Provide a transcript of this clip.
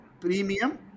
premium